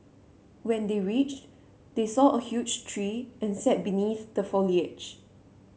when they reached they saw a huge tree and sat beneath the foliage